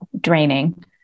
draining